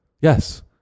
Yes